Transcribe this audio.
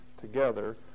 together